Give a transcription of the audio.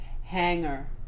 Hanger